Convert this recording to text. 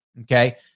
Okay